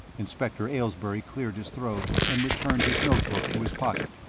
inspector aylesbury cleared his throat and returned his note-book to his pocket.